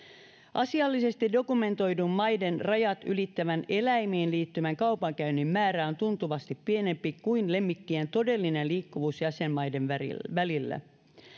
asiallisesti dokumentoidun maiden rajat ylittävän eläimiin liittyvän kaupankäynnin määrä on tuntuvasti pienempi kuin lemmikkien todellinen liikkuvuus jäsenmaiden välillä välillä